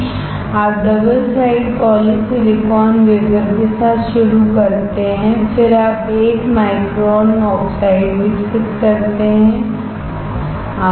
आप double side poly silicon wafer के साथ शुरू करते हैं फिर आप 1 माइक्रोन ऑक्साइडविकसित करते हैं आसान